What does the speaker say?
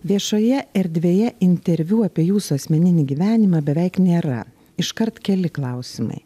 viešoje erdvėje interviu apie jūsų asmeninį gyvenimą beveik nėra iškart keli klausimai